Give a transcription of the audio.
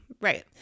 Right